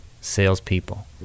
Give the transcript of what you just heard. salespeople